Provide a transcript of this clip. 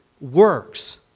works